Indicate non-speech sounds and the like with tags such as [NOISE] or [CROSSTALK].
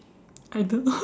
I don't know [LAUGHS]